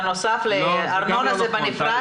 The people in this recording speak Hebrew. ארנונה זה בנפרד.